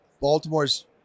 Baltimore's